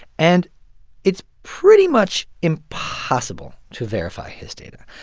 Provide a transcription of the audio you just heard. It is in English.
and it's pretty much impossible to verify his data.